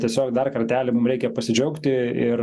tiesiog dar kartelį mum reikia pasidžiaugti ir